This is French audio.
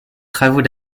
travaux